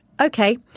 Okay